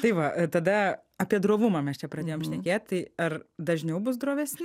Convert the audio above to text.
tai va tada apie drovumą mes čia pradėjom šnekėt tai ar dažniau bus drovesni